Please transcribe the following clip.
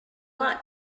not